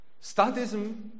Statism